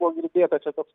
buvo girdėta čia toks